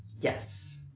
Yes